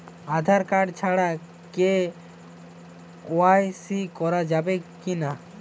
Aadhaar card ছাড়া কে.ওয়াই.সি করা যাবে কি না?